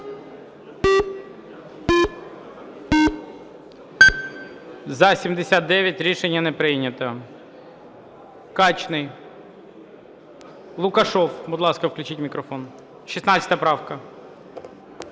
За-79 Рішення не прийнято. Качний. Лукашев. Будь ласка, включіть мікрофон. 16 правка.